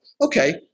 Okay